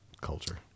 culture